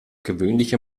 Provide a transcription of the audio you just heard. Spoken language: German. gewöhnliche